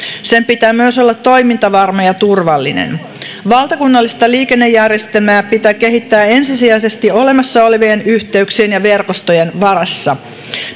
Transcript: sen pitää myös olla toimintavarma ja turvallinen valtakunnallista liikennejärjestelmää pitää kehittää ensisijaisesti olemassa olevien yhteyksien ja verkostojen varassa